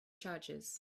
charges